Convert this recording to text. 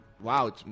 wow